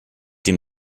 dem